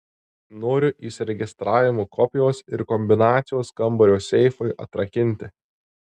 noriu įsiregistravimo kopijos ir kombinacijos kambario seifui atrakinti